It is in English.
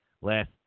Last